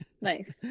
Nice